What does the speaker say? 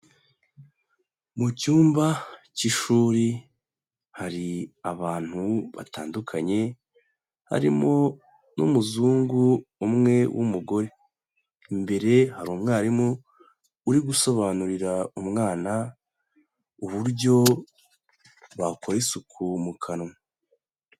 Mu cyumba cy'ishuri, hari abantu batandukanye, harimo n'umuzungu umwe w'umugore. Imbere, hari umwarimu uri gusobanurira umwana, uburyo bakora isuku mu kanwa.